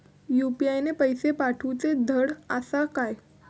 UPI ने पैशे पाठवूचे धड आसा काय?